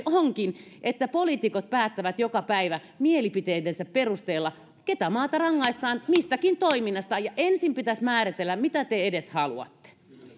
onkin että poliitikot päättävät joka päivä mielipiteidensä perusteella mitä maata rangaistaan mistäkin toiminnasta ensin pitäisi määritellä mitä te edes haluatte